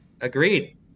agreed